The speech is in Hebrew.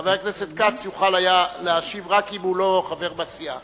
חבר הכנסת כץ יכול היה לשאול רק אם הוא לא היה חבר בסיעה.